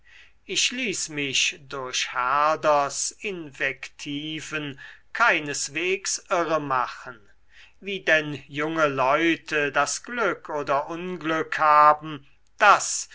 ich ließ mich durch herders invektiven keineswegs irre machen wie denn junge leute das glück oder unglück haben daß